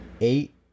Eight